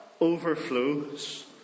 overflows